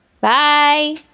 Bye